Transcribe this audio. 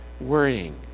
worrying